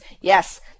Yes